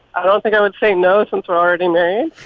i don't think i would say no since i already know um